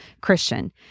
Christian